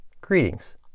Greetings